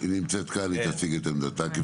הנה, היא נמצאת כאן, היא תציג את עמדתם.